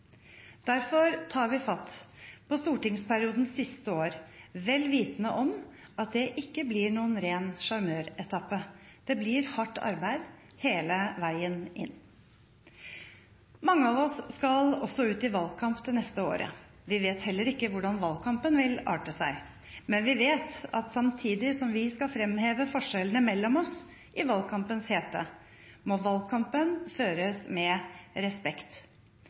Derfor tar vi fatt på stortingsperiodens siste år vel vitende om at det ikke blir noen ren sjarmøretappe. Det blir hardt arbeid hele veien inn. Mange av oss skal også ut i valgkamp det neste året. Vi vet heller ikke hvordan valgkampen vil arte seg, men vi vet at samtidig som vi skal fremheve forskjellene mellom oss i valgkampens hete, må valgkampen føres med respekt.